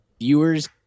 viewers